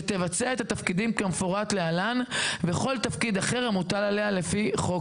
שתבצע את התפקידים כמפורט להלן וכל תפקיד אחר המוטל עליה לפי חוק